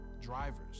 Drivers